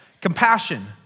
Compassion